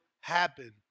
happen